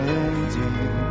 ending